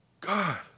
God